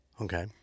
Okay